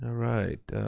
right,